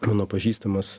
mano pažįstamas